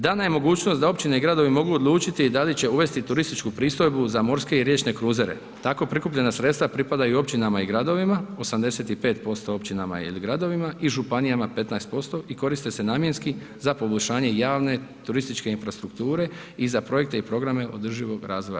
Da nemogućnost da općine i gradovi mogu odlučiti da li će uvesti turističku pristojbu za morske i riječne kruzere tako prikupljena sredstva pripadaju općinama i gradovima 85% općinama ili gradovima i županijama 15% i koriste se namjenski za poboljšanje javne, turističke infrastrukture i za projekte i programe održivog razvoja.